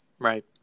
Right